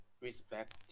respect